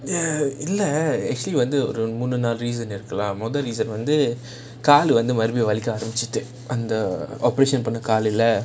ya இல்ல:illa actually வந்து ஒரு மூணு நாலு:vanthu oru moonu naalu reason இருக்குலா மொத:irukkulaa motha reason வந்து காலு வந்து மறுபடியும் வலிக்க ஆரம்பிச்சிட்டு:vanthu kaalu vanthu marubadiyum valikka aarambichittu operation பண்ண காலுல:panna kaalula